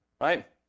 Right